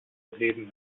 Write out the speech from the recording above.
reden